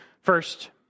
First